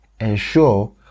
ensure